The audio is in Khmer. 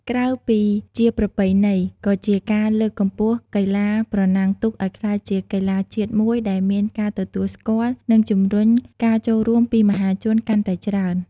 ក្រៅពីជាប្រពៃណី ក៏ជាការលើកកម្ពស់កីឡាប្រណាំងទូកឱ្យក្លាយជាកីឡាជាតិមួយដែលមានការទទួលស្គាល់ និងជំរុញការចូលរួមពីមហាជនកាន់តែច្រើន។